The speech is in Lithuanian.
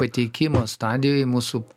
pateikimo stadijoj mūsų